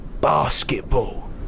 basketball